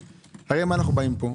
הרי אל מי אנחנו באים פה?